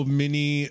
mini